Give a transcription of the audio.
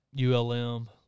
ULM